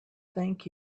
thank